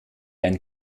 ein